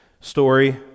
story